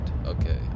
Okay